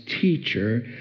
teacher